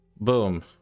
Boom